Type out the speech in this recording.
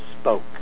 spoke